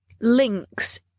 links